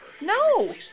No